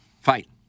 Fight